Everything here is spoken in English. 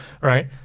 right